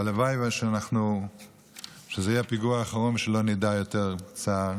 והלוואי שזה יהיה הפיגוע האחרון ושלא נדע יותר צער.